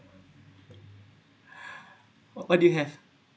what what do you have